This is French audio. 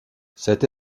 cette